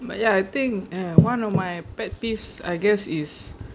but ya I think uh one of my pet peeves I guess is